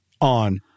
on